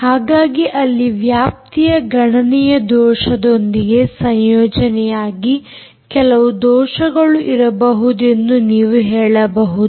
ಹಾಗಾಗಿ ಅಲ್ಲಿ ವ್ಯಾಪ್ತಿಯ ಗಣನೆಯ ದೋಷದೊಂದಿಗೆ ಸಂಯೋಜನೆಯಾಗಿ ಕೆಲವು ದೋಷಗಳು ಇರಬಹುದೆಂದು ನೀವು ಹೇಳಬಹುದು